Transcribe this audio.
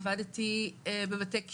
עבדתי בבתי כלא,